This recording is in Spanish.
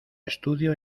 estudio